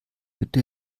bitte